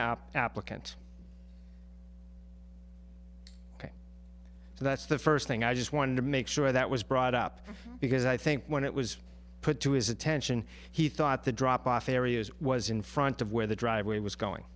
the applicant ok so that's the first thing i just wanted to make sure that was brought up because i think when it was put to his attention he thought the drop off areas was in front of where the driveway was going